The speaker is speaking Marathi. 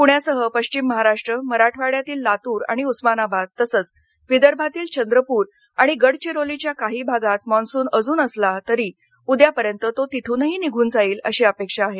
पुण्यासह पश्चिम महाराष्ट्र मराठवाङ्यातील लातूर आणि उस्मानाबाद तसंच विदर्भातील चंद्रपूर आणि गडचिरोलीच्या काही भागात मान्सून अजून असला तरी उद्यापर्यंत तो तिथूनही निघून जाईल अशी अपेक्षा आहे